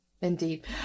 Indeed